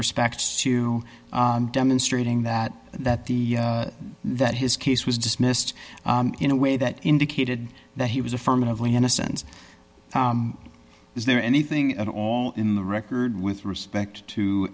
respect to demonstrating that that the that his case was dismissed in a way that indicated that he was affirmatively innocence is there anything at all in the record with respect to